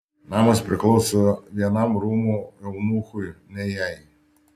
namas priklauso vienam rūmų eunuchui ne jai